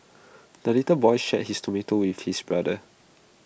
the little boy shared his tomato with his brother